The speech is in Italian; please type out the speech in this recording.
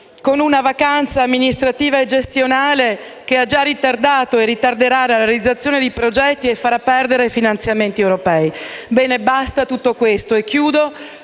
con una vacanza amministrativa e gestionale che ha già ha ritardato e ritarderà la realizzazione di progetti e farà perdere finanziamenti europei. Quindi, basta a tutto questo. Mi